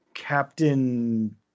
Captain